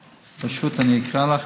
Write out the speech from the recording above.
פשוט אני אקרא לך: